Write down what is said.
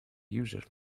user